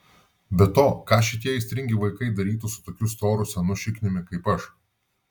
be to ką šitie aistringi vaikai darytų su tokiu storu senu šikniumi kaip aš